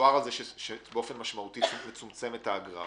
האגרה מצומצמת באופן משמעותי,